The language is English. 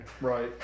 right